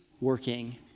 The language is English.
working